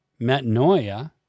metanoia